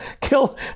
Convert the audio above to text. kill